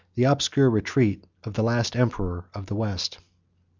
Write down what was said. the obscure retreat of the last emperor of the west.